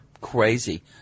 Crazy